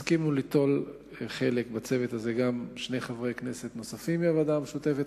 הסכימו להשתתף בצוות הזה גם שני חברי כנסת נוספים מהוועדה המשותפת,